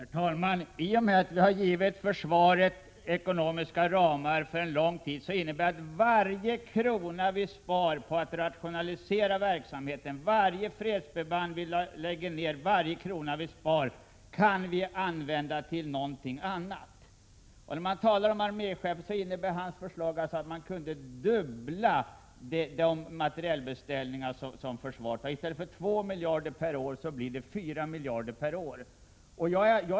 Herr talman! I och med att vi har givit försvaret ekonomiska ramar för en lång tid innebär det att varje krona vi spar genom att rationalisera verksamheten eller genom att lägga ned fredsförband kan användas till någonting annat inom försvaret. Arméchefens förslag innebär att man skulle kunna dubbla de materielbeställningar som armén har. I stället för 2 miljarder kronor per år kunde man få 4 miljarder kronor per år till materiel.